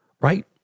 right